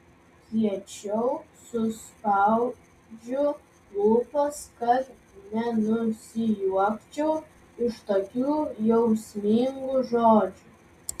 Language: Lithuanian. kiečiau suspaudžiu lūpas kad nenusijuokčiau iš tokių jausmingų žodžių